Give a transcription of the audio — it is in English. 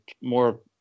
more